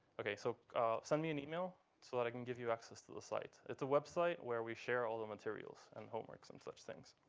ok, so send me an email so that i can give you access to the site. it's a website where we share all the materials and homeworks and such things.